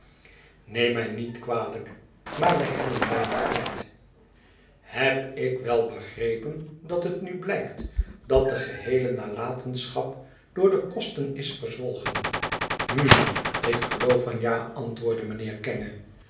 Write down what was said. neem mij niet kwalijk maar wij hebben weinig tijd heb ik wel begrepen dat het nu blijkt dat de geheele nalatenschap door de kosten is verzwolgen hm ik geloof van ja antwoordde mijnheer kenge